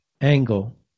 angle